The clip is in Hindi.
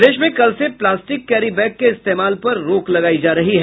प्रदेश में कल से प्लास्टिक कैरी बैग के इस्तेमाल पर रोक लगाय जा रहा है